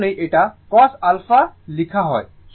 এই কারণেই এটি cos α লিখা হয়